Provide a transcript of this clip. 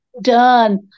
done